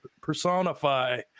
personify